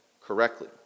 correctly